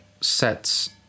sets